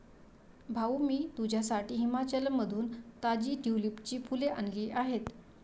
भाऊ, मी तुझ्यासाठी हिमाचलमधून ताजी ट्यूलिपची फुले आणली आहेत